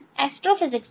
ठीक है